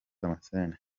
damascene